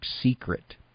secret